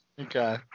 Okay